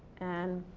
and,